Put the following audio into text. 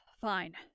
fine